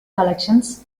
collections